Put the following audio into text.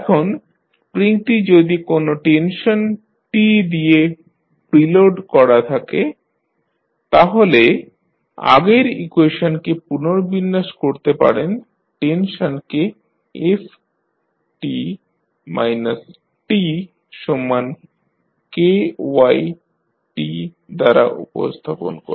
এখন স্প্রিংটি যদি কোনো টেনশন T দিয়ে প্রিলোড করা থাকে তাহলে আগের ইকুয়েশনকে পুনর্বিন্যাস করতে পারেন টেনশনকে দ্বারা উপস্থাপন করে